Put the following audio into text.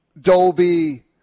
Dolby